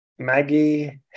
Maggie